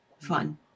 fun